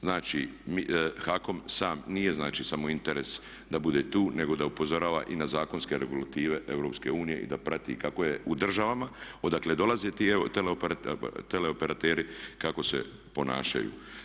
Znači HAKOM sam, nije znači samo interes da bude tu nego da upozorava i na zakonske regulative Europske unije i da prati kako je u državama odakle dolaze ti teleoperateri i kako se ponašaju.